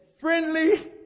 friendly